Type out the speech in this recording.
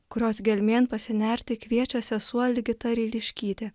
kurios gelmėn pasinerti kviečia sesuo ligita ryliškytė